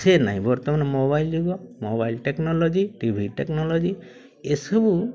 ସେ ନାହିଁ ବର୍ତ୍ତମାନ ମୋବାଇଲ୍ ଯୁଗ mobile technology T V technology ଏସବୁ